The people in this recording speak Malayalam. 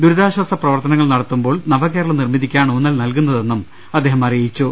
ദുരിതാശ്വാസ പ്രവർത്തനങ്ങൾ നടത്തുമ്പോൾ നവകേരള നിർമിതിക്കാണ് ഊന്നൽ നൽകുന്നതെന്നും അദ്ദേഹം അറിയിച്ചു